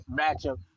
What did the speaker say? matchup